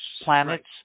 planets